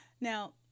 Now